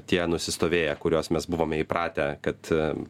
tie nusistovėję kuriuos mes buvome įpratę kad